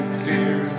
clear